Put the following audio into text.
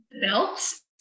Belts